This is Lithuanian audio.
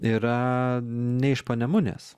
yra ne iš panemunės